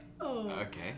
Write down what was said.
Okay